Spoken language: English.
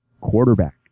quarterback